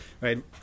right